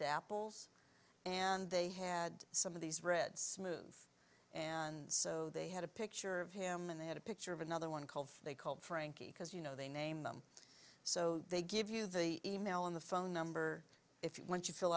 dapples and they had some of these red smoove and so they had a picture of him and they had a picture of another one called they called frankie because you know they name them so they give you the email on the phone number if you want you fill